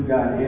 God